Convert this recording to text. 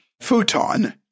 futon